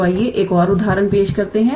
तो आइए हम एक और उदाहरण पेश करते हैं